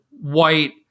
white